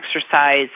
exercise